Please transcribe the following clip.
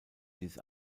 dies